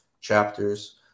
chapters